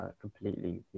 completely